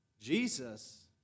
Jesus